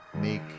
make